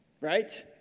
Right